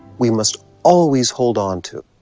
we must always hold on to.